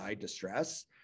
distress